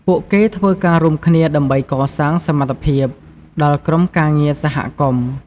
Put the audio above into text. ពួកគេធ្វើការរួមគ្នាដើម្បីកសាងសមត្ថភាព ដល់ក្រុមការងារសហគមន៍។